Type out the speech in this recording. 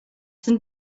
sind